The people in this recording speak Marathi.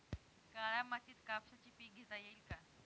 काळ्या मातीत कापसाचे पीक घेता येईल का?